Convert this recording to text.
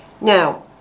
Now